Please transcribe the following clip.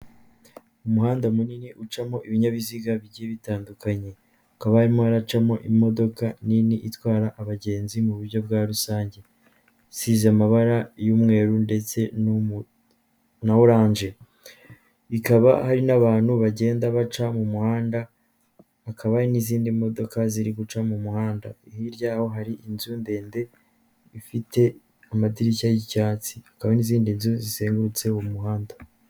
Umuhanda mu nini ucamo ibinyabiziga bijyiye bitandukanye, hakaba harimo haracamo imodoka nini itwara abagenzi mu buryo bwa rusange isize amabara y'umweru ndetse na orange. Hakaba hari n'abantu bagenda baca mu muhanda hakaba n'izindi modoka ziri guca mu muhanda, hiryaaho hari inzu ndende ifite amadirishya y'icyatsikaba n'izindi nzu zi zengurutse uwo mu muhanda.